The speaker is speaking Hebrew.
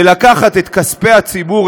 זה לקחת את כספי הציבור,